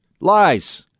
lies